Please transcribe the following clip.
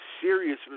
serious